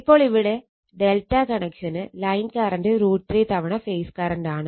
ഇപ്പോൾ ഇവിടെ ∆ കണക്ഷന് ലൈൻ കറണ്ട് √ 3 തവണ ഫേസ് കറണ്ട് ആണ്